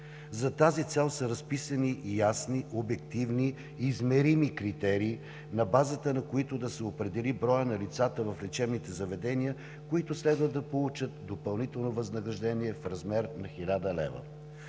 За тази цел са разписани ясни, обективни, измерими критерии, на базата на които да се определи броят на лицата в лечебните заведения, които следва да получат допълнително възнаграждение в размер на 1000 лв.